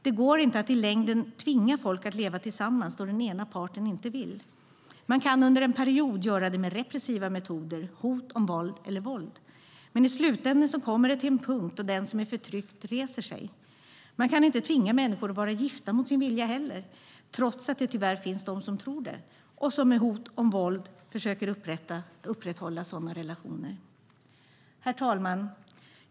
Det går i längden inte att tvinga folk att leva tillsammans då den ena parten inte vill. Man kan under en period göra det med repressiva metoder, våld eller hot om våld. Men i slutändan kommer det till en punkt då den som är förtryckt reser sig. Man kan inte tvinga människor att vara gifta mot sin vilja heller, trots att det tyvärr finns de som tror det och som med hot om våld försöker upprätthålla sådana relationer. Herr talman!